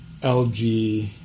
LG